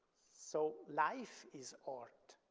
so life is art.